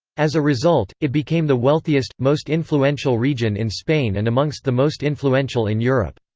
as a result, it became the wealthiest, most influential region in spain and amongst the most influential in europe.